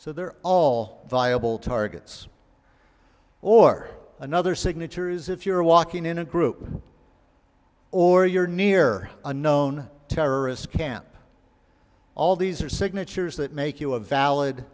so they're all viable targets or another signature is if you're walking in a group or you're near a known terrorist camp all these are signatures that make you a valid